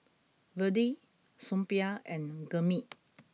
Vedre Suppiah and Gurmeet